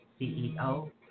CEO